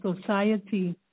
society